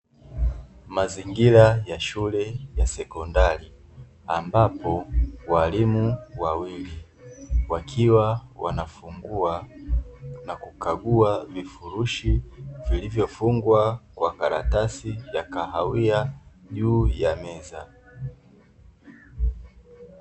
Mazingira ya shule ya sekondari, ambapo walimu wawili wakiwa wanafungua na kukagua vifurushi vilivyofungwa kwa karatasii ya kahawia juu ya meza.